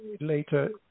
later